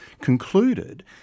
concluded